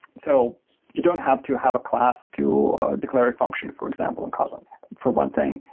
so you don't have to have a class to declare a function, for example, in kotlin for one thing.